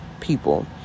people